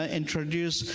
introduce